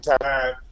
time